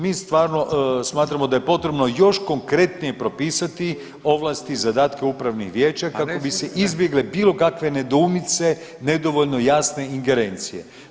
Mi stvarno smatramo da je potrebno još konkretnije propisati ovlasti i zadatke upravnih vijeća kako bi se izbjegle bilo kakve nedoumice nedovoljno jasne ingerencije.